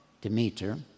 Demeter